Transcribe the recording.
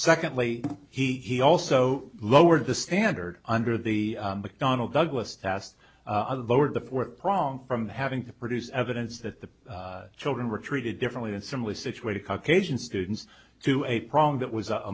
secondly he also lowered the standard under the mcdonnell douglas task lowered the four pronged from having to produce evidence that the children were treated differently than simply situated caucasian students to a problem that was a